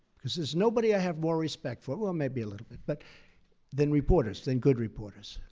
because there is nobody i have more respect for well, maybe a little bit but than reporters, than good reporters.